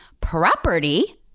property